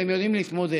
והם יודעים להתמודד.